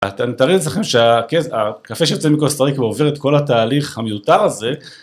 תארו לעצמכם שהקפה שיוצא מקוסטה ריקה עובר את כל התהליך המיותר הזה